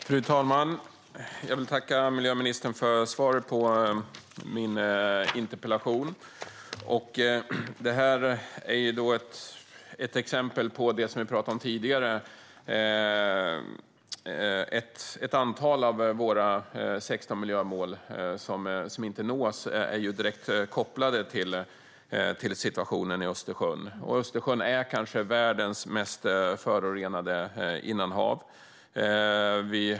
Fru talman! Jag vill tacka miljöministern för svaret på min interpellation. Det här är ju ett exempel på det som vi pratade om tidigare, att ett antal av våra 16 miljömål som inte nås är direkt kopplade till situationen i Östersjön. Östersjön är kanske världens mest förorenade innanhav.